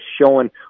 showing